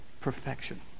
perfection